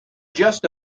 just